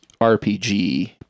RPG